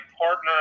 partner